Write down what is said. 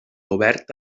obert